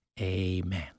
Amen